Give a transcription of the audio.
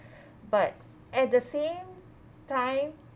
but at the same time